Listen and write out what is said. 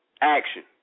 Action